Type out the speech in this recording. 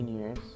years